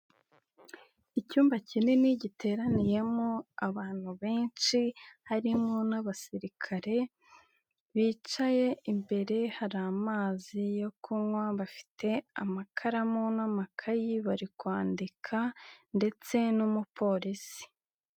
Icyumba kinini giteraniyemo abantu benshi harimo n'abasirikare, bicaye imbere hari amazi yo kunywa, bafite amakaramu n'amakayi bari kwandika ndetse n'umupolisi.